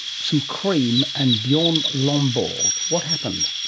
some cream and bjorn lomborg. what happened?